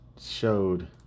showed